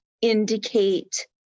indicate